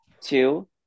two